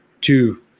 two